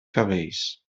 cabells